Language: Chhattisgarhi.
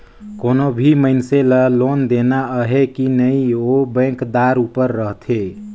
कोनो भी मइनसे ल लोन देना अहे कि नई ओ बेंकदार उपर रहथे